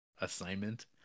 assignment